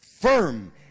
firm